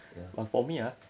ya